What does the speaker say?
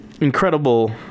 incredible